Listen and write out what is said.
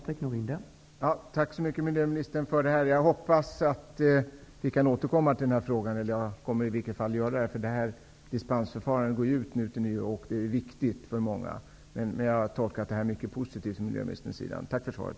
Herr talman! Tack så mycket, miljöministern. Jag hoppas att vi kan återkomma till den här frågan. Det kommer i vilket fall som helst jag att göra. Dispensförfarandet går ju ut nu till nyår, och det är många som berörs. Jag har tolkat det så, att miljöministern är mycket positivt inställd. Tack för svaret.